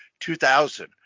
2,000